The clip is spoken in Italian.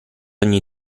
ogni